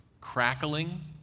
crackling